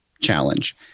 challenge